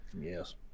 Yes